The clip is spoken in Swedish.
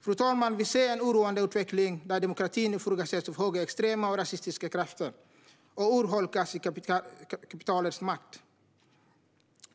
Fru talman! Vi ser en oroande utveckling där demokratin ifrågasätts av högerextrema och rasistiska krafter och urholkas av kapitalets makt.